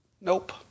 Nope